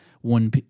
one